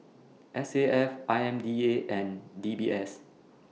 S A F I M D A and D B S